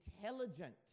intelligent